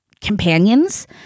companions